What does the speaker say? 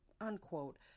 unquote